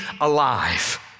alive